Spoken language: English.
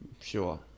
Sure